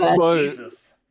Jesus